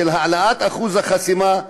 את העלאת אחוז החסימה,